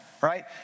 right